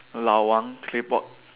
Lau-Wang claypot